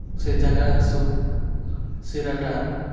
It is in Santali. ᱥᱮ ᱡᱟᱝᱜᱟ ᱦᱟᱹᱥᱩ ᱥᱮ ᱥᱤᱨᱟ ᱴᱟᱱ